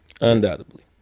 Undoubtedly